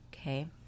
Okay